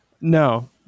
No